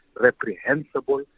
reprehensible